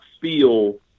feel